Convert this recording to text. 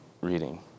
reading